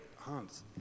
Hans